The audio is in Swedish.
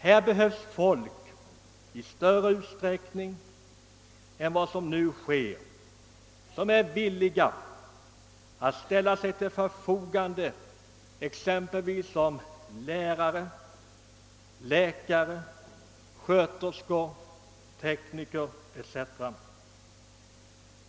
Det behövs flera människor som är villiga att ställa sig till förfogande exempelvis som lärare, läkare, sköterskor, tekniker etc.